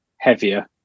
heavier